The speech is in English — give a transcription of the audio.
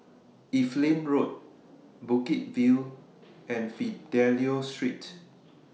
Evelyn Road Bukit View and Fidelio Street